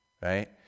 right